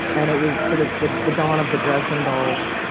and it was sort of the the dawn of the dresden dolls,